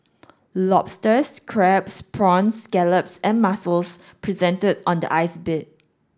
lobsters crabs prawns scallops and mussels presented on the ice bed